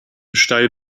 steil